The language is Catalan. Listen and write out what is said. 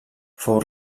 fou